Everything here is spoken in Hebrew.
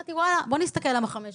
אמרתי ואללה, בוא נסתכל למה חמש שנים.